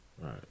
Right